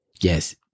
yes